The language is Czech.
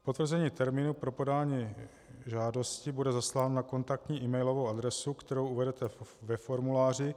Potvrzení termínu pro podání žádosti bude zasláno na kontaktní emailovou adresu, kterou uvedete ve formuláři.